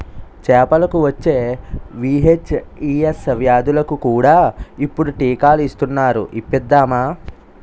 చేపలకు వచ్చే వీ.హెచ్.ఈ.ఎస్ వ్యాధులకు కూడా ఇప్పుడు టీకాలు ఇస్తునారు ఇప్పిద్దామా